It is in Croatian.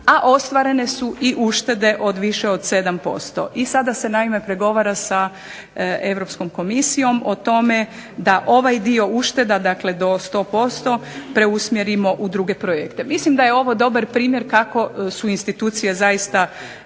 a ostvarene su uštede od više od 7% i sada se naime pregovara sa Europskom komisijom o tome da ovaj dio ušteda do 100% usmjerimo u druge projekte. Mislim da je ovo dobar primjer kako su institucije zaista